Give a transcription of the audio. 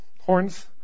horns